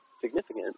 significant